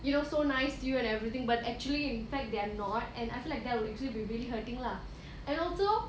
you know so nice to you and everything but actually in fact they're not and I feel like that will actually be really hurting lah and also